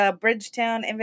Bridgetown